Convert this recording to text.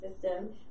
system